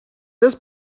this